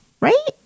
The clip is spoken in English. right